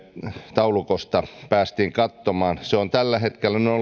taulukosta päästiin katsomaan ei havaitse sitä se on tällä hetkellä